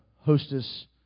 hostess